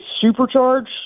supercharged